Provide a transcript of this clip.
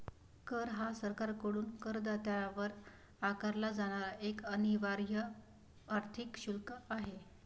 कर हा सरकारकडून करदात्यावर आकारला जाणारा एक अनिवार्य आर्थिक शुल्क आहे